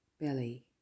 belly